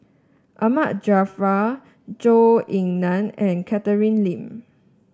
Ahmad Jaafar Zhou Ying Nan and Catherine Lim